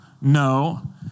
no